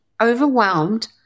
overwhelmed